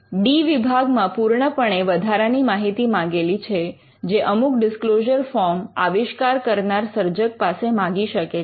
D વિભાગમાં પૂર્ણપણે વધારાની માહિતી માંગેલી છે જે અમુક ડિસ્ક્લોઝર ફોર્મ આવિષ્કાર કરનાર સર્જક પાસે માગી શકે છે